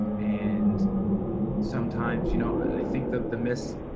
and sometimes, you know, i think the the miss.